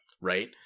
Right